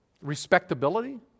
respectability